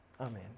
Amen